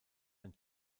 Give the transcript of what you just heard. ein